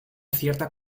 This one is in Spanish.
cierta